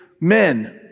men